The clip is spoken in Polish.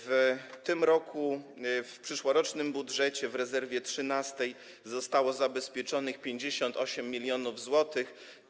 W tym roku w przyszłorocznym budżecie w rezerwie trzynastej zostało zabezpieczonych 58 mln zł.